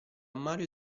mario